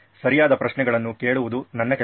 ಸರಿಯಾದ ಪ್ರಶ್ನೆಗಳನ್ನು ಕೇಳುವುದು ನನ್ನ ಕೆಲಸ